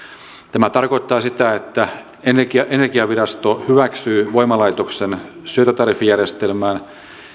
tämä tarkoittaa sitä että energiavirasto hyväksyy voimalaitoksen syöttötariffijärjestelmän